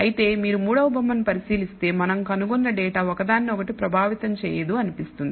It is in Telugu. అయితే మీరు మూడవ బొమ్మను పరిశీలిస్తే మనం కనుగొన్న డేటా ఒక దానిని ఒకటి ప్రభావితం చేయదు అనిపిస్తుంది